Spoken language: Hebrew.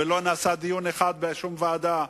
ולא נעשה דיון אחד בשום ועדה,